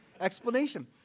explanation